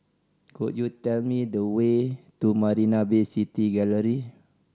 could you tell me the way to Marina Bay City Gallery